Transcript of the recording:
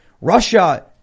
Russia